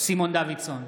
סימון דוידסון,